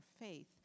faith